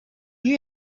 you